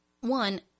one